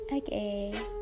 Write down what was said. Okay